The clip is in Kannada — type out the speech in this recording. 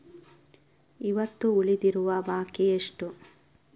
ಇವತ್ತು ಉಳಿದಿರುವ ಬಾಕಿ ಎಷ್ಟು?